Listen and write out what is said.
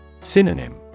Synonym